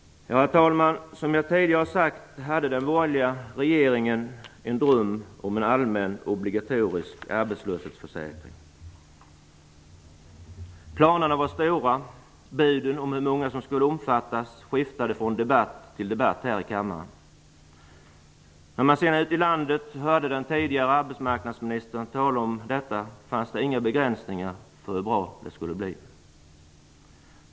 Herr talman! Som jag tidigare har sagt hade den borgerliga regeringen en dröm om en allmän obligatorisk arbetslöshetsförsäkring. Planerna var stora, buden om hur många hur många som skulle omfattas skiftade från debatt till debatt här i kammaren. När man sedan ute i landet hörde den tidigare arbetsmarknadsministern tala om detta fanns det inga begränsningar för hur bra det skulle bli.